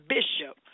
Bishop